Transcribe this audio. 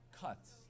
cuts